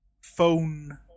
phone